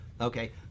okay